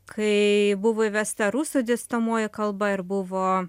kai buvo įvesta rusų dėstomoji kalba ir buvo